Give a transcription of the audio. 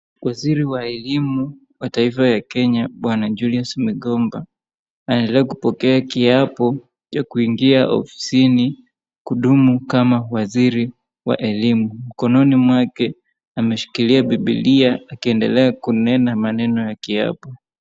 Waziri wa elimu wa taifa ya Kenya bwana Julius Magamba anaendelea kupokea kiapo ya kuingia ofisini kudumu kama waziri wa elimu. Mkononi mwake ameshikilia bibilia akiendelea kunena maneno ya kiapo.